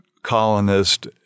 Colonist